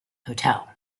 hotel